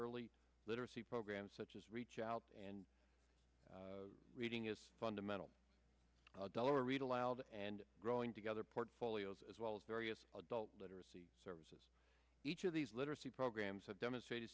early literacy programs such as reach out and reading is fundamental dollar read aloud and growing together portfolios as well as various adult literacy services each of these literacy programs have demonstrated